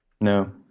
No